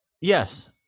Yes